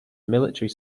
military